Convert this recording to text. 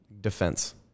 Defense